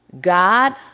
God